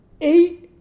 Eight